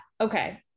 okay